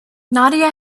nadia